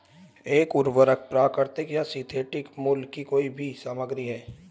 एक उर्वरक प्राकृतिक या सिंथेटिक मूल की कोई भी सामग्री है